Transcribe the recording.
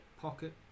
Pocket